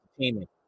entertainment